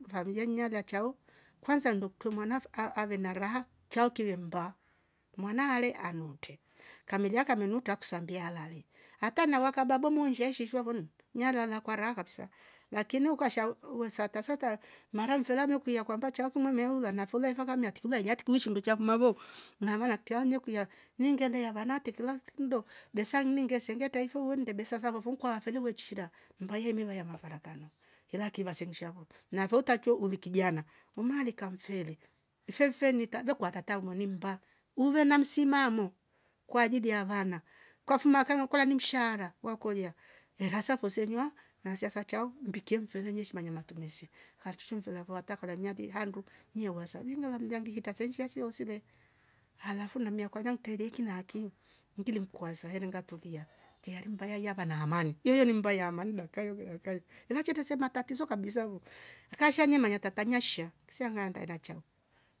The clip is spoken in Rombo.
Vamyenya lachao kwanza nduktumo naf aa- avenara chaukiyemba mwana ale anuute kamelia kamenuta kusambia lale ata na wakaba bomu nsheshishwa vomni nialala kwa raha kabisa lakini ukasha uu- uwezatazatala maramferamio kwia kwamba chakuno meulwa nafule mpaka miati tikule iliati kuishi nducha vmamvo na mavala ktianye kwia ningelia vana tekela mdo besa ninge sengeta ifo uwonde besa zavovo kwa folivo wechichinda ngaiyemi waya mafarakano ila kila sinshavo navortata tu ulikijana umale kamfele mfefe nita dokwa atata umonimba duve na msimamo kwa ajili ya wana kwafuma akanywa kwala ni mshaara wakolia ehrasa vozelia nazashatao mbiki mfiliwesh nane matumizi hartshuni mfele vurwata kole miande handu niwaaza ninyu wamgamhita sensha siosile alafu na mia kwala mtilieki naki mkili mkwanze heri ngatulia heari mbayaya heva na hamani yeye ni mbaya mani dakaiyove harukai imatichete sema tatizo kabisa vo kashenyene manyatatanya sho siwanganda ndaela chao